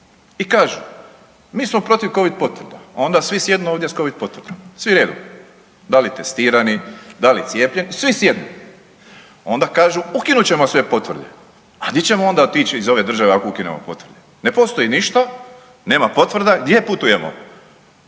i kažu mi smo protiv covid potvrda, a onda svi sjednu ovdje s Covid potvrdama, svi redom, da li testirani, da li cijepljeni, svi sjednu. Onda kažu ukinut ćemo sve potvrde, a di ćemo onda otići iz ove države ako ukinemo potvrde? Ne postoji ništa, nema potvrda. Gdje putujemo?